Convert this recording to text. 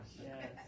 Yes